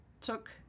took